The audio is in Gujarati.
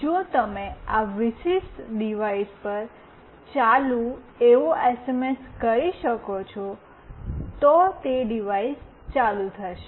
જો તમે આ વિશિષ્ટ ડિવાઇસ પર " ઓન" એવો એસએમએસ કરી શકો છો તો ડિવાઇસ ચાલુ થશે